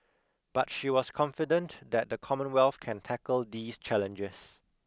but she was confident that the Commonwealth can tackle these challenges